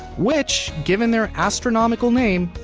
which, given their astronomical name,